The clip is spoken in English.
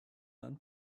and